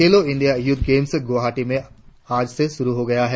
खेलो India youth games Guwahati में आज से शुरु हो गए है